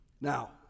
Now